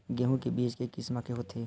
गेहूं के बीज के किसम के होथे?